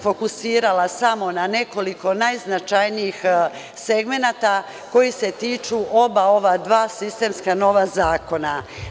Fokusirala bih se samo na nekoliko najznačajnijih segmenata koji se tiču ova dva sistemski nova zakona.